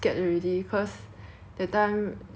the 病情开始 like 增加很多